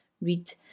read